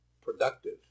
productive